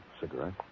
Cigarette